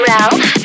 Ralph